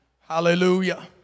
Hallelujah